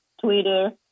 Twitter